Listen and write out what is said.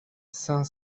cinq